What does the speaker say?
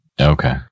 okay